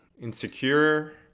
insecure